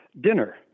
dinner